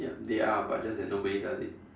yup they are but just that nobody does it